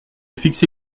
fixé